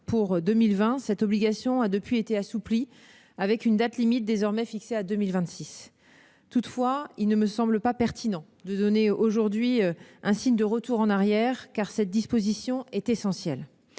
dite NOTRe, cette obligation a depuis été assouplie avec une date limite désormais fixée à 2026. Toutefois, il ne me semble pas pertinent de donner aujourd'hui un signe de retour en arrière, car cette disposition est essentielle.